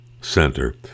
Center